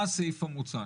מה הסעיף המוצע.